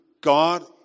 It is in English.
God